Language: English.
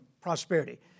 prosperity